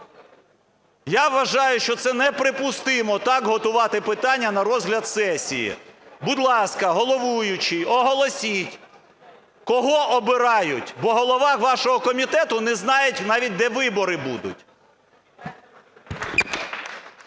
Я вважаю, що це неприпустимо, так готувати питання на розгляд сесії. Будь ласка, головуючий, оголосіть, кого обирають, бо голова вашого комітету не знає навіть, де вибори будуть.